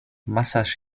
masaż